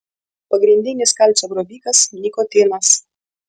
pagrindinis kalcio grobikas nikotinas